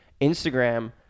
Instagram